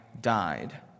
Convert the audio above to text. died